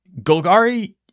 Golgari